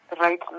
right